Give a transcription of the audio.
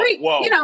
whoa